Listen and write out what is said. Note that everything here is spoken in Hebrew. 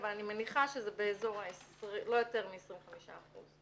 אני מניחה שזה לא יותר מ-25%.